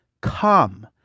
come